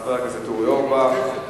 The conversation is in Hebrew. לחבר הכנסת אורי אורבך.